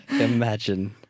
Imagine